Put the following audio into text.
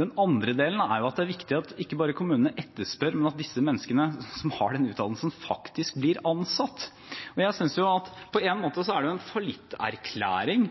Den andre delen er at det er viktig at kommunene ikke bare etterspør, men at de menneskene som har den utdannelsen, faktisk blir ansatt. På en måte er det en fallitterklæring